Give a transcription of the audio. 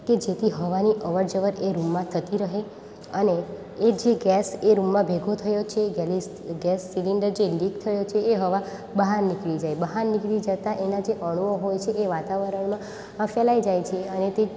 કે જેથી હવાની અવરજવર એ રૂમમાં થતી રહે અને એ જે ગેસ એ રૂમમાં ભેગો થયો છે ગેસ સિલેન્ડર જે લીક થયો છે એ હવા બહાર નીકળી જાય બહાર નીકળી જતાં એના જે અણુઓ હોય છે એ વાતાવરણમાં ફેલાય જાય છે અને તે